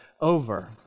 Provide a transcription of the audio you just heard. over